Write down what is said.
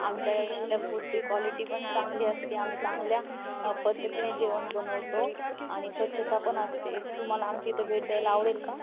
आमच्या यातल्या फूडची क्वालिटी पण चांगली असते आम्ही चांगल्या पद्धतीने जेवण बनवतो आणि स्वच्छता पण असते तुम्हाला आमच्या इथे भेट द्यायला आवडेल का